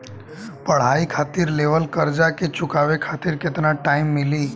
पढ़ाई खातिर लेवल कर्जा के चुकावे खातिर केतना टाइम मिली?